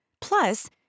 Plus